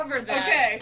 Okay